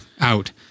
out